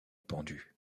pendu